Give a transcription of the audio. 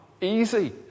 easy